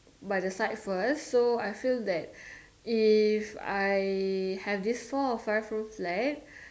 by the side first so I feel that if I have this four or five room flat